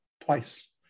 twice